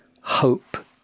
hope